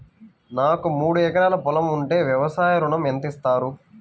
నాకు మూడు ఎకరాలు పొలం ఉంటే వ్యవసాయ ఋణం ఎంత ఇస్తారు?